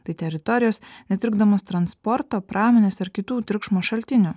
tai teritorijos netrukdomos transporto pramonės ir kitų triukšmo šaltinių